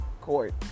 court